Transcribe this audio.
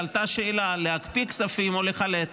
עלתה השאלה: להקפיא כספים או לחלט?